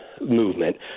movement